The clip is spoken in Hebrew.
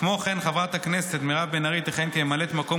כמו כן חברת הכנסת מירב בן ארי תכהן כממלאת מקום